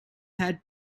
had